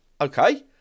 Okay